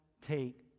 take